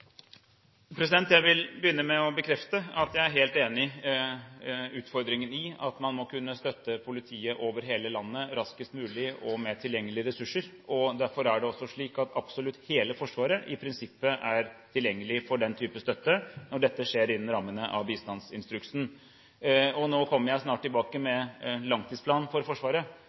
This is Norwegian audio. Jeg vil begynne med å bekrefte at jeg er helt enig i utfordringen, at man må kunne støtte politiet over hele landet raskest mulig og med tilgjengelige ressurser. Derfor er det også slik at absolutt hele Forsvaret i prinsippet er tilgjengelig for den type støtte når dette skjer innen rammene av bistandsinstruksen. Nå kommer jeg snart tilbake med en langtidsplan for Forsvaret,